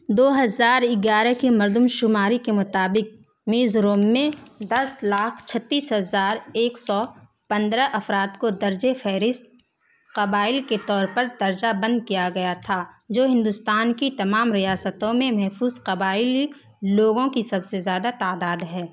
دو ہزار اگیارہ کی مردم شماری کے مطابق میزورم میں دس لاکھ چھتیس ہزار ایک سو پندرہ افراد کو درج فہرست قبائل کے طور پر درجہ بند کیا گیا تھا جو ہندوستان کی تمام ریاستوں میں محفوظ قبائلی لوگوں کی سب سے زیادہ تعداد ہے